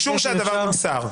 אם אפשר,